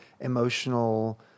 emotional